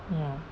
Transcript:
ya